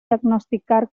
diagnosticar